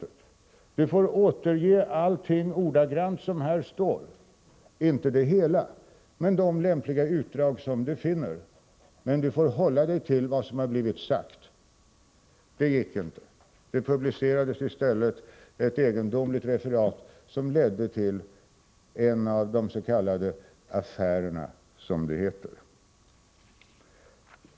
Du få återge allting ordagrant som här står — inte det hela, men de utdrag som du finner lämpliga. Men du får hålla dig till vad som har blivit sagt.” Det gick inte. Det publicerades i stället ett egendomligt referat, som ledde till en av de s.k. affärerna, som de heter.